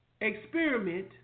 experiment